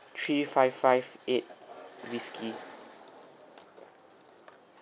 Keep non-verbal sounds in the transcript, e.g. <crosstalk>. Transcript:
three five five eight this key <noise>